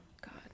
god